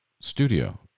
studio